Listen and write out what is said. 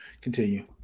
Continue